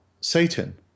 satan